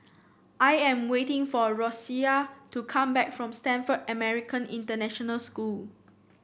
I am waiting for Rosalia to come back from Stamford American International School